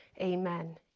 Amen